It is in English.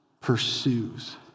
pursues